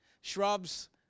shrubs